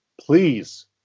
please